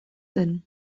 zen